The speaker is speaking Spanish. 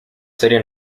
serie